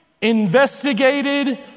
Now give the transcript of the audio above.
investigated